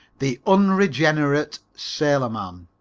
the unregenerate sailor man